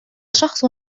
شخص